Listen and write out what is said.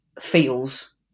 feels